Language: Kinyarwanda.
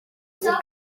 gukora